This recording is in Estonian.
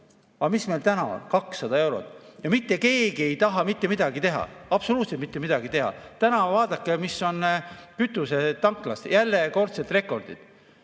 Aga mis meil täna on? 200 eurot! Ja mitte keegi ei taha mitte midagi teha, absoluutselt mitte midagi teha! Vaadake, millised on täna kütusetanklas järjekordsed rekordid!